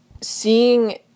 seeing